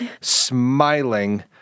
smiling